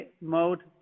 mode